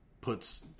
puts